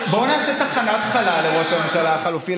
בואו נעשה תחנת חלל לראש הממשלה החלופי,